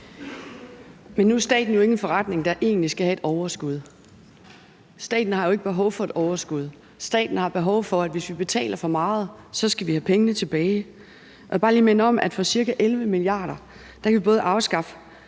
Men nu er staten jo egentlig ikke en forretning, der skal have et overskud. Staten har jo ikke behov for et overskud. Staten har behov for, at hvis vi betaler for meget, så skal vi have pengene tilbage. Og jeg vil bare lige minde om, at for 11 mia. kr. kan vi afskaffe